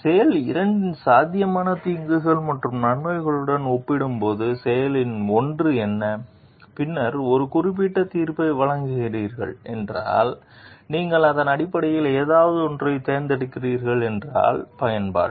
செயல் 2 இன் சாத்தியமான தீங்குகள் மற்றும் நன்மைகளுடன் ஒப்பிடும்போது செயலின் ஒன்று என்ன பின்னர் ஒரு ஒப்பீட்டு தீர்ப்பை வழங்குகிறீர்கள் என்றால் நீங்கள் அதன் அடிப்படையில் ஏதாவது ஒன்றைத் தேர்ந்தெடுக்கிறீர்கள் என்றால் பயன்பாடு